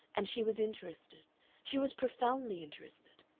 and she was interested she was profoundly interested.